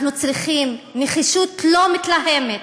אנחנו צריכים נחישות לא מתלהמת,